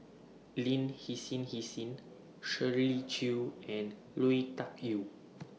Lin Hsin Hsin Shirley Chew and Lui Tuck Yew